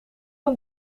een